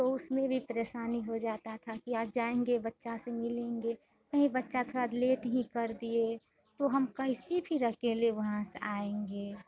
तो उसमें भी परेशानी हो जाता था कि आज जाएँगे बच्चा से मिलेंगे कहीं बच्चा थोड़ा लेट ही कर दिए तो हम कैसे फिर अकेले वहाँ से आएँगे